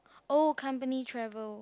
oh company travel